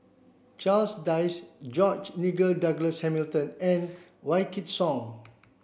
Charles Dyce George Nigel Douglas Hamilton and Wykidd Song